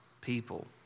people